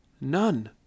None